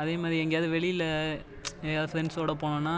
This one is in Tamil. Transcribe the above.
அதேமாதிரி எங்கேயாவது வெளியில் எங்கேயாவது ஃப்ரெண்ட்ஸோடு போனேன்னா